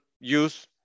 use